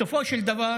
לכן בסופו של דבר